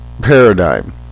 paradigm